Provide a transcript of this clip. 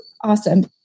awesome